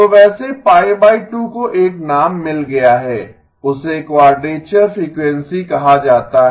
तो वैसे को एक नाम मिल गया है उसे क्वाडरेचर फ़्रीक्वेंसी कहा जाता है